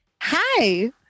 Hi